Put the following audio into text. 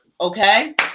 okay